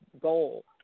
goal